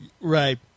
Right